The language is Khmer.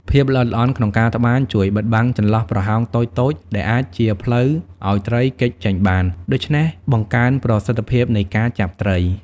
ភាពល្អិតល្អន់ក្នុងការត្បាញ ជួយបិទបាំងចន្លោះប្រហោងតូចៗ ដែលអាចជាផ្លូវឲ្យត្រីគេចចេញបាន ដូច្នេះបង្កើនប្រសិទ្ធភាពនៃការចាប់ត្រី។